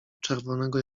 czerwonego